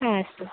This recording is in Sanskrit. हा अस्तु